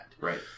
Right